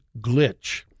glitch